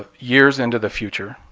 ah years into the future.